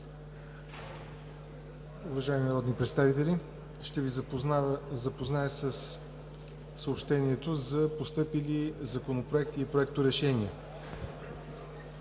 Уважаеми народни представители, ще Ви запозная с постъпили законопроекти и проекторешения